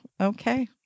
okay